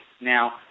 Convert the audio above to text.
Now